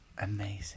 Amazing